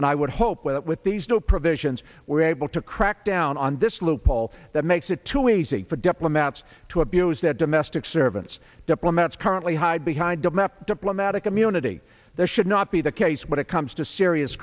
and i would hope that with these new provisions we're able to crack down on this loophole that makes it too easy for diplomats to abuse that domestic servants diplomats currently hide behind the map diplomatic immunity there should not be the case when it comes to serious